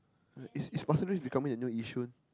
right is is Pasir-Ris becoming the new Yishun